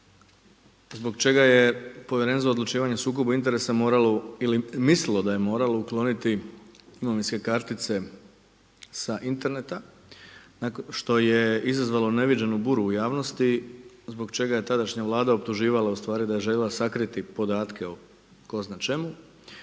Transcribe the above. zbog čega je Povjerenstvo za odlučivanje sukoba interesa ili mislilo da je moralo ukloniti imovinske kartice sa interneta nakon što je izazvalo neviđenu buru u javnosti zbog čega je tadašnja Vlada optuživala ustvari da je željela sakriti podatke o tko zna čemu.